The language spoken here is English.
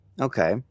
Okay